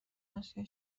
اسیا